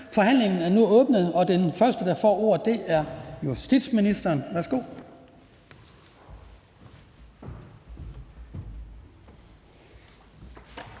Forhandlingen er nu åbnet, og den første, der får ordet, er justitsministeren. Værsgo.